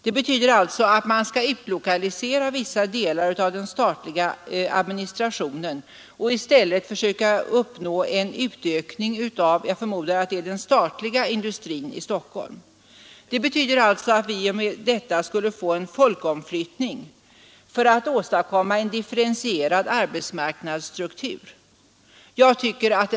Det betyder alltså att man skall utlokalisera vissa delar av den statliga administrationen och i stället försöka uppnå en utökning av industrin i Stockholm — jag förmodar att det är fråga om den statliga. Vi skulle med andra ord få en folkomflyttning för att en differentierad arbetsmarknadsstruktur skulle skapas.